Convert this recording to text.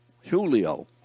Julio